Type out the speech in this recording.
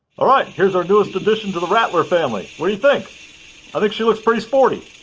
all right, here's our newest addition to the rattler family. what do you think? i think she looks pretty sporty.